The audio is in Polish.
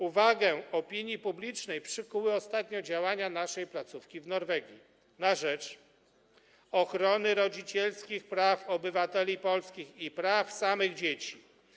Uwagę opinii publicznej przykuły ostatnio działania naszej placówki w Norwegii na rzecz ochrony rodzicielskich praw obywateli polskich i praw samych dzieci.